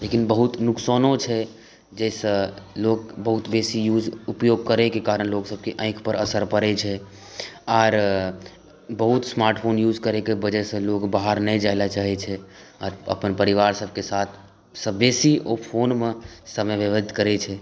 लेकिन बहुत नुकसानो छै जाहिसॅं लोक बहुत बेसी यूज उपयोग करै के कारण लोकसबके आँखिपर असर पड़य छै आर बहुत स्मार्ट फोनके यूज करयके वजह सॅं लोक बाहर नहि जायलए चाहै छै आर अपन परिवार सबके साथ सॅं बेसी ओ फोनमे समय व्यतीत करै छै